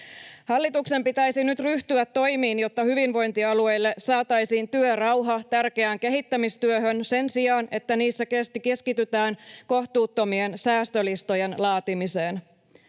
Hallituksen pitäisi nyt ryhtyä toimiin, jotta hyvinvointialueille saataisiin työrauha tärkeään kehittämistyöhön, sen sijaan että niissä keskitytään kohtuuttomien säästölistojen laatimiseen.